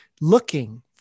looking